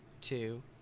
two